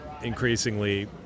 increasingly